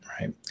right